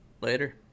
Later